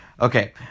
okay